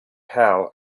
how